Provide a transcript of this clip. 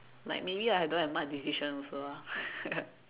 like maybe I don't have much decision also lah